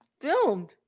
filmed